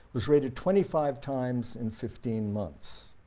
was raided twenty five times in fifteen months.